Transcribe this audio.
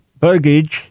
Burgage